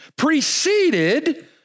preceded